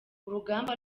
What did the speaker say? urugamba